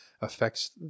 affects